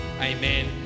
amen